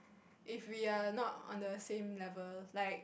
if we are not on the same level like